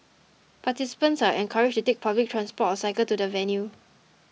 participants are encouraged take public transport or cycle to the venue